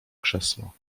krzesło